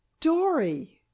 Dory